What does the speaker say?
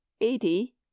Eighty